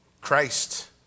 Christ